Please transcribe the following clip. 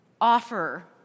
offer